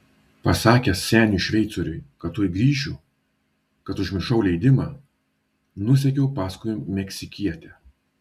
pasakęs seniui šveicoriui kad tuoj grįšiu kad užmiršau leidimą nusekiau paskui meksikietę